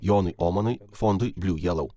jonui omanui fondui bliu jelau